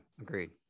agreed